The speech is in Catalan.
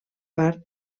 part